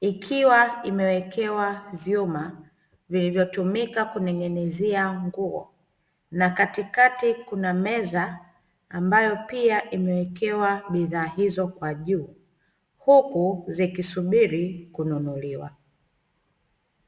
ikiwa imewekewa vyuma vilivyotumika kuning'inizia nguo na katikati kuna meza ambayo pia imewekewa bidhaa hiyo kwa juu huku pia ikisubiri kununuliwa.